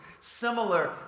similar